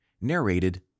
narrated